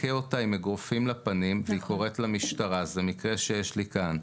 מכה אותה עם אגרופים לפנים והיא קוראת למשטרה זה מקרה שיש לי כאן.